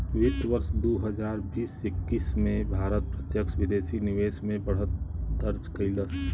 वित्त वर्ष दू हजार बीस एक्कीस में भारत प्रत्यक्ष विदेशी निवेश में बढ़त दर्ज कइलस